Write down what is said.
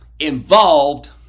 involved